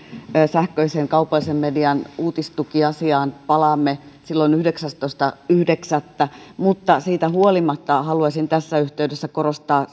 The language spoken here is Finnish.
sähköisen kaupallisen median uutistukiasiaan palaamme yhdeksästoista yhdeksättä mutta siitä huolimatta haluaisin tässä yhteydessä korostaa